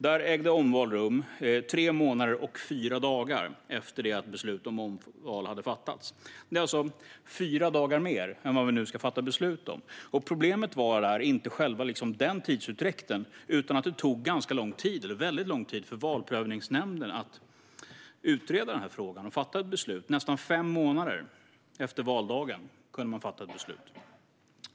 Där ägde omval rum tre månader och fyra dagar efter det att beslut om omval hade fattats. Det är fyra dagar mer än vad vi nu ska fatta beslut om. Problemet var där inte själva tidsutdräkten utan att det tog väldigt lång tid för Valprövningsnämnden att utreda frågan och fatta ett beslut. Nästan fem månader efter valdagen kunde man fatta ett beslut.